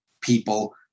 people